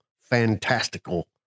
fantastical